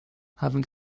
having